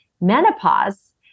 menopause